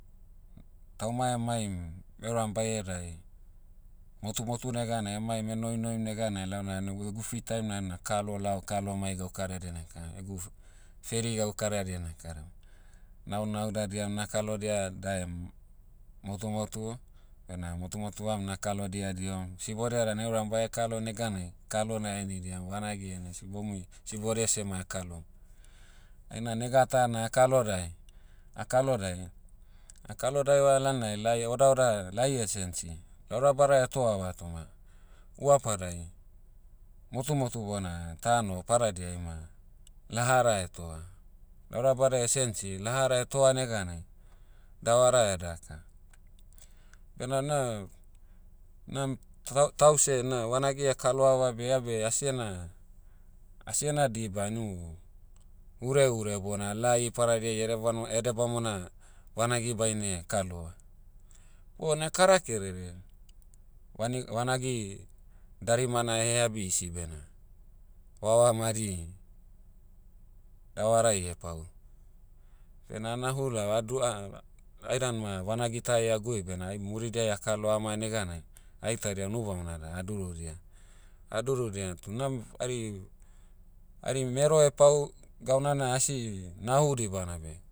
Tauma emaim, euram baie dae, motumotu neganai maim noinoim neganai launa nogu- egu free time na hena kalo lao kalo mai gaukaradia na'kara. Egu f- feri gaukaradia na'karam. Nao na'udadiam na'kalodia daem, motumotu, bena motumotuam na'kalodia dihom. Sibodia dan euram bae kalo neganai, kalo na'henidiam. Vanagi inei sibomui- sibodia seh ma ekalom. Aina nega ta na a'kalo dae- a'kalo dae, a'kalo daeva lalnai lai odaoda lai sensi, laurabada toava toma, huapadai, motumotu bona tano padadiai ma, lahara etoa. Laurabada sensi lahara etoa neganai, davara daka. Bena na, nam- tau- tau seh na vanagi kaloava beh ia beh asiena- asiena diba nu, hurehure bona lai padadiai edebano- ede bamona, vanagi baine kaloa. Ona kara kerere, vani- vanagi, darimana eheabi isi bena, vava madi, davarai pau. Bena a'nahu lao aduava- ai dan ma vanagi tai a'gui bena ai muridiai akalo ama neganai, aitadia unu bamona da a'durudia. A'durudia toh na- hari- hari mero pau, gauna na asi nahu dibana beh,